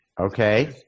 Okay